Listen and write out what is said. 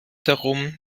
darum